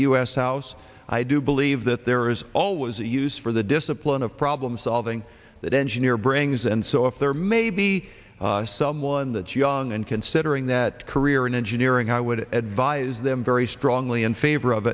s house i do believe that there is always a use for the discipline of problem solving that engineer brings and so if there maybe someone that young and considering that career in engineering i would advise them very strongly in favor of